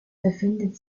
befindet